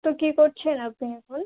তো কী করছেন আপনি এখন